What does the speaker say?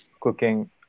cooking